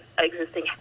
existing